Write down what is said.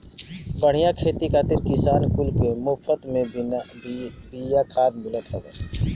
बढ़िया खेती खातिर किसान कुल के मुफत में बिया खाद मिलत हवे